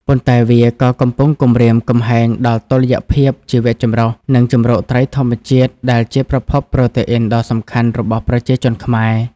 ប៉ុន្តែវាក៏កំពុងគំរាមកំហែងដល់តុល្យភាពជីវចម្រុះ និងជម្រកត្រីធម្មជាតិ ដែលជាប្រភពប្រូតេអ៊ីនដ៏សំខាន់របស់ប្រជាជនខ្មែរ។